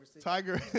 Tiger